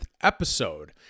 episode